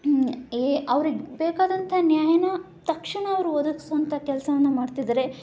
A ಅವರಿಗೆ ಬೇಕಾದಂಥ ನ್ಯಾಯವನ್ನು ತಕ್ಷಣ ಅವರು ಒದಗಿಸೋವಂಥ ಕೆಲಸವನ್ನು ಮಾಡ್ತಿದ್ದಾರೆ